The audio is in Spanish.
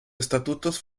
estatutos